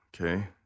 Okay